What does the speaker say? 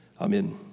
Amen